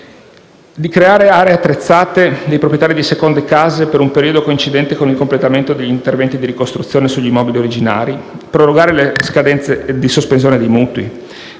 di creare aree attrezzate per i proprietari di seconde case per un periodo coincidente con il completamento degli interventi di ricostruzione sugli immobili originari, di prorogare le scadenze di sospensione dei mutui,